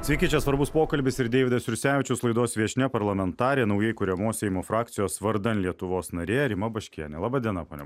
sveiki čia svarbus pokalbis ir deividas jursevičius laidos viešnia parlamentarė naujai kuriamos seimo frakcijos vardan lietuvos narė rima baškienė laba diena ponia